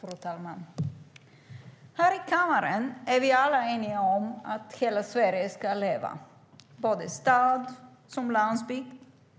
Fru talman! Här i kammaren är vi alla eniga om att hela Sverige ska leva, både stad och landsbygd.